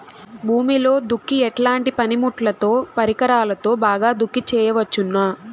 భూమిలో దుక్కి ఎట్లాంటి పనిముట్లుతో, పరికరాలతో బాగా దుక్కి చేయవచ్చున?